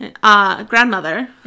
grandmother